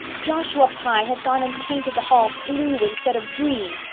joshua pye has gone and painted the hall blue instead of green.